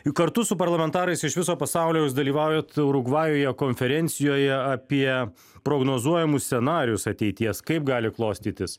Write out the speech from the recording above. juk kartu su parlamentarais iš viso pasaulio jūs dalyvaujat urugvajuje konferencijoje apie prognozuojamus scenarijus ateities kaip gali klostytis